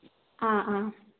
ആ ആ